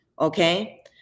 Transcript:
okay